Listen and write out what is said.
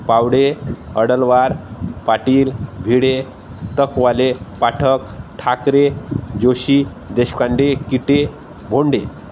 Pawde Adalwar Patil Bhide Takwale Pathak Thackeray Joshi Deshkande Kite Bhonde